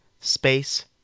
space